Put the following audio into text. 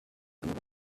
and